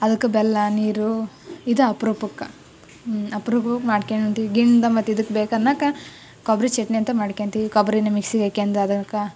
ಅದ್ಕೆ ಬೆಲ್ಲ ನೀರು ಇದು ಅಪ್ರೂಪಕ್ಕೆ ಅಪ್ರೂಪಕ್ಕೆ ಮಾಡ್ಕೊಂಡು ಗಿಣ್ದ ಮತ್ತು ಇದ್ಕೆ ಬೇಕನ್ನೋಕ್ಕ ಕೊಬ್ಬರಿ ಚಟ್ನಿ ಅಂತ ಮಾಡ್ಕೊಂತಿವಿ ಕೊಬ್ಬರೀನ ಮಿಕ್ಸಿಗೆ ಹಾಕ್ಯಂದು ಅದಕ್ಕೆ